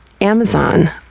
Amazon